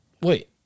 Wait